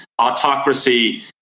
autocracy